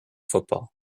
football